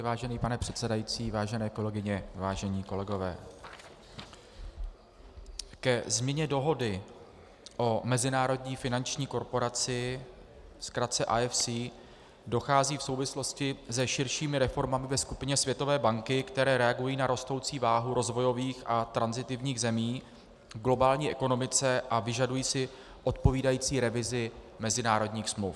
Vážený pane předsedající, vážené kolegyně, vážení kolegové, ke změně Dohody o mezinárodní finanční korporaci, ve zkratce IFC, dochází v souvislosti se širšími reformami ve skupině Světové banky, které reagují na rostoucí váhu rozvojových a tranzitivních zemí v globální ekonomice a vyžadují si odpovídající revizi mezinárodních smluv.